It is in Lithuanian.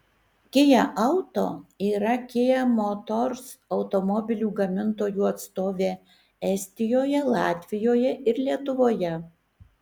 kia auto yra kia motors automobilių gamintojų atstovė estijoje latvijoje ir lietuvoje